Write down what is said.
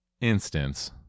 instance